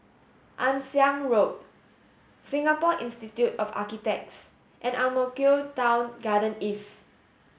Ann Siang Road Singapore Institute of Architects and Ang Mo Kio Town Garden East